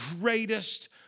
greatest